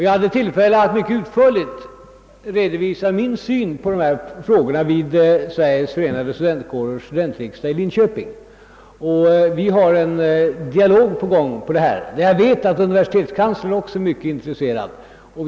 Jag hade tillfälle att mycket utförligt redovisa min syn på dessa frågor vid Sveriges förenade studentkårers studentriksdag i Linköping, och vi har en dialog på gång, som jag vet att också universitetskanslern är mycket intresserad av.